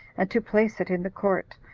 and to place it in the court,